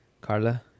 Carla